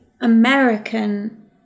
American